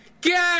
Get